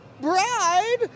bride